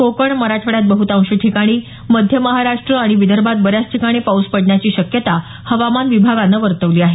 कोकण मराठवाड्यात बह्तांश ठिकाणी मध्य महाराष्ट्र आणि विदर्भात बऱ्याच ठिकाणी पाऊस पडण्याची शक्यता हवामान खात्यानं वर्तवली आहे